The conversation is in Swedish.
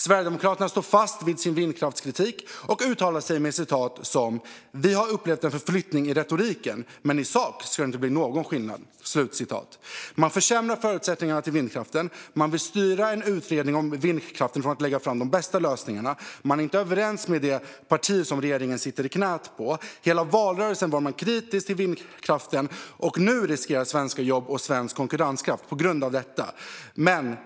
Sverigedemokraterna står fast vid sin vindkraftskritik och uttalar sig med citat som detta: "Vi har upplevt en förflyttning i retoriken, men i sak ska det inte bli någon skillnad." Man försämrar förutsättningarna för vindkraften. Man vill styra en utredning om vindkraften från att lägga fram de bästa lösningarna. Man är inte överens med det parti som regeringen sitter i knät på. Under hela valrörelsen var man kritisk till vindkraften, och nu riskeras svenska jobb och svensk konkurrenskraft på grund av detta.